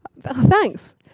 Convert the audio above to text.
Thanks